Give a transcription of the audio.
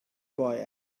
boy